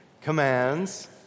commands